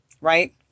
right